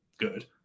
Good